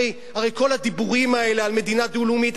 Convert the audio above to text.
הרי כל הדיבורים האלה על מדינה דו-לאומית,